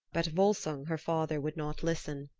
but volsung, her father, would not listen.